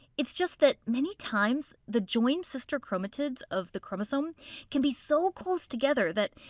it's just that many times the joined sister chromatids of the chromosome can be so close together that,